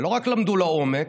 ולא רק למדו לעומק,